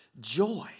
joy